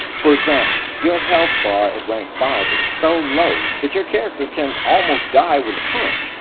for example, your health bar at rank five is so low that your character can almost die with a punch.